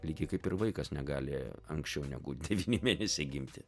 lygiai kaip ir vaikas negali anksčiau negu devyni mėnesiai gimti